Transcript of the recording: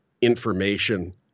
information